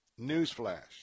Newsflash